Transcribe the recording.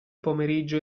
pomeriggio